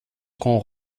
qu’on